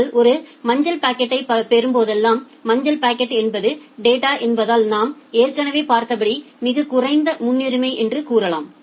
நீங்கள் ஒரு மஞ்சள் பாக்கெட்டைப் பெறும்போதெல்லாம் மஞ்சள் பாக்கெட் என்பது டேட்டா என்பதால் நாம் ஏற்கனவே பார்த்தபடி மிகக் குறைந்த முன்னுரிமை என்று கூறலாம்